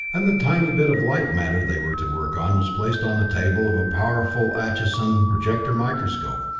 and the tiny bit of light-matter they were to work on was placed on the table of a powerful atchinson projector microscope,